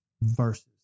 verses